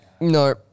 No